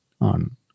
on